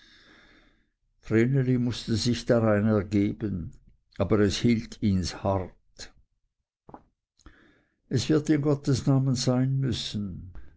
mußte sich darein ergeben aber es hielt ihns hart es wird in gottes namen sein müssen